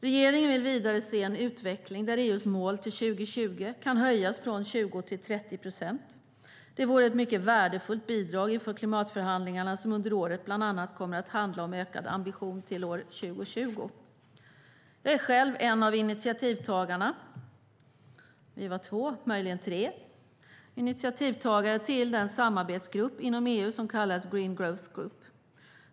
Regeringen vill vidare se en utveckling där EU:s mål till 2020 kan höjas från 20 till 30 procent. Det vore ett mycket värdefullt bidrag inför klimatförhandlingarna, som under året bland annat kommer att handla om ökad ambition till år 2020. Jag är själv en av initiativtagarna - vi var två, möjligen tre - till den samarbetsgrupp inom EU som kallas Green Growth Group.